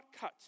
cut